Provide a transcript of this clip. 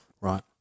Right